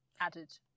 added